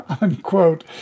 unquote